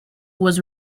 was